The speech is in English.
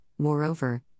Moreover